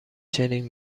چنین